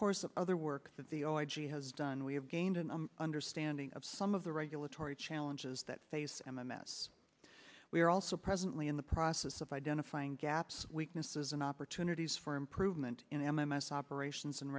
course of other works that the all i g has done we have gained an understanding of some of the regulatory challenges that face m m s we are also presently in the process of identifying gaps weaknesses and opportunities for improvement in m m s operations and